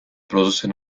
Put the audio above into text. producen